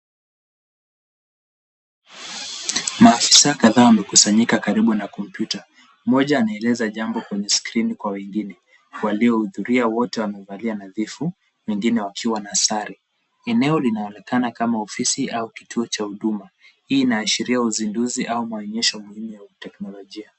Maafisa kadha wamekusanyika karibu na kompyuta. Mmoja anaeleza jambo kwenye screeni kwa wengine, waliohudhuria wote wamevalia nadhifu, wengine wakiwa na sare. Eneo linaonekana kama ofisi au kituo cha huduma. Hili inaashiria uzinduzi au maonyesho muhimu ya teknolojia.